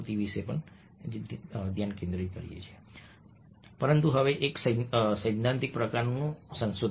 હવે પરંતુ તે એક સૈદ્ધાંતિક પ્રકારનું સંશોધન છે